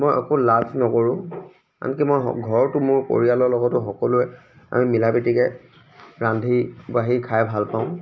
মই একো লাজ নকৰোঁ আনকি মই ঘৰতো মোৰ পৰিয়ালৰ লগতো সকলোৱে আমি মিলা প্ৰীতিকে ৰান্ধি বাঢ়ি খাই ভাল পাওঁ